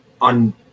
on